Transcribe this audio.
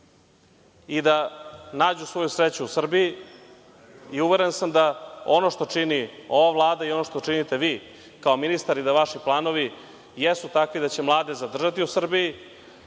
i da nađu svoju sreću u Srbiji. Uveren sam da ono što čini ova Vlada i ono što činite vi kao ministar i da vaši planovi jesu takvi da će mlade zadržati u Srbiji,